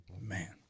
Man